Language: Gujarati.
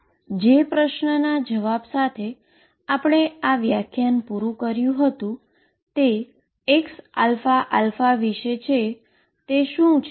મેં જે પ્રશ્નના જવાબ સાથે આપણે છેલ્લે વ્યાખ્યાન પુરુ કર્યુ હતુ તે xαα વિશે છે તે શું છે